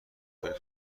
فکر